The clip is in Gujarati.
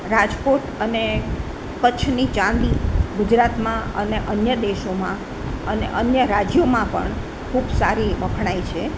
રાજકોટ અને કચ્છની ચાંદી ગુજરાતમાં અને અન્ય દેશોમાં અને અન્ય રાજ્યોમાં પણ ખૂબ સારી વખણાય છે